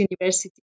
University